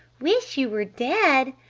wish you were dead.